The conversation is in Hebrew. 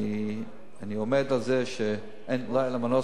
ואני עומד על זה שאין מנוס,